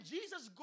Jesus